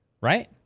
right